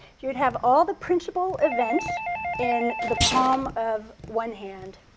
you would have all the principle events in the palm of one hand.